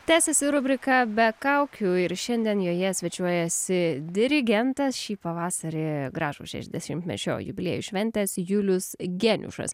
tęsiasi rubrika be kaukių ir šiandien joje svečiuojasi dirigentas šį pavasarį gražų šešiasdešimtmečio jubiliejų šventęs julius geniušas